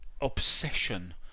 obsession